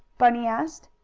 bunny asked.